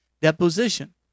deposition